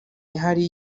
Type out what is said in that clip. ihari